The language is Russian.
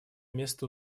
место